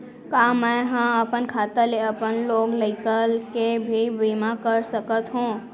का मैं ह अपन खाता ले अपन लोग लइका के भी बीमा कर सकत हो